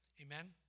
Amen